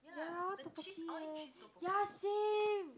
ya tteokbokki eh ya same